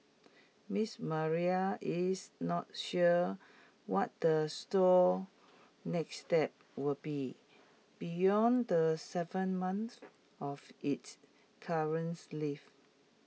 miss Maria is not sure what the store's next step will be beyond the Seven months of its currents leaf